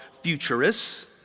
futurists